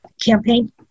campaign